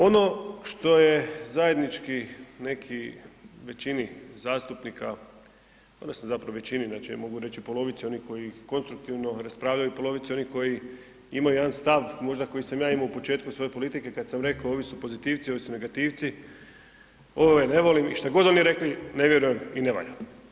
Ono što je zajednički neki većini zastupnika odnosno zapravo većini, ja mogu reći polovici onih koji konstruktivno raspravljaju, polovici onih koji imaju jedan stav možda koji sam ja imao u početku svoje politike, kad sam rekao, ovi su pozitivci, ovi su negativci, ove ne volim i što god oni rekli, ne vjerujem i ne valja.